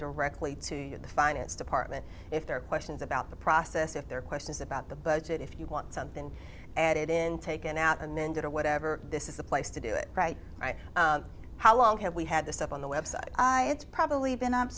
directly to the finest department if there are questions about the process if there are questions about the budget if you want something added in taken out and then did or whatever this is the place to do it right how long have we had this up on the website i it's probably been up